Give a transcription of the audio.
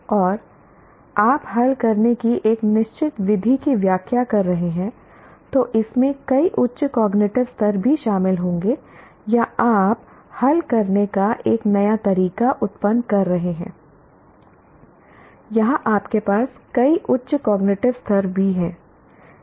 और आप हल करने की एक निश्चित विधि की व्याख्या कर रहे हैं तो इसमें कई उच्च कॉग्निटिव स्तर भी शामिल होंगे या आप हल करने का एक नया तरीका उत्पन्न कर रहे हैं यहाँ आपके पास कई उच्च कॉग्निटिव स्तर भी हैं